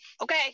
Okay